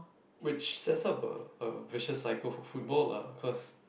which set up a a visual cycle for football lah cause